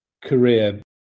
career